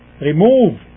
remove